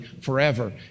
forever